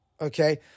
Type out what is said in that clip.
okay